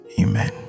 amen